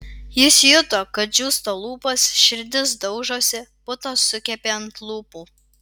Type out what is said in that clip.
jis juto kad džiūsta lūpos širdis daužosi putos sukepė ant lūpų